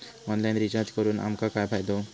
Online recharge करून आमका काय फायदो?